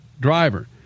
driver